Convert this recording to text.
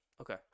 Okay